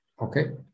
okay